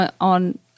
on